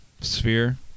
Sphere